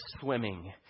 swimming